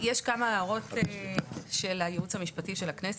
יש כמה הערות של הייעוץ המשפטי של הכנסת.